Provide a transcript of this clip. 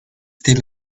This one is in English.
still